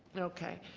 okay.